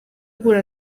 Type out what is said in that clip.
guhura